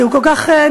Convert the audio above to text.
כי הוא כל כך נבהל,